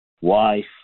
wife